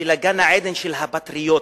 של גן-עדן הפטריוטיות,